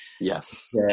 yes